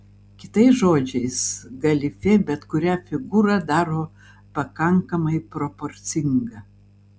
kitais žodžiais galifė bet kurią figūrą daro pakankamai proporcinga